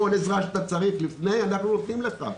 כל עזרה שאתה צריך אנחנו נותנים לך,